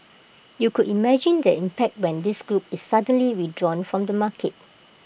you could imagine the impact when this group is suddenly withdrawn from the market